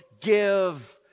Give